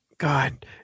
God